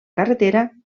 carretera